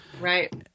Right